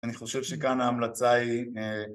אני חושב שכאן ההמלצה היא